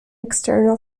external